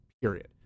period